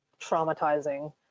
traumatizing